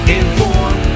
inform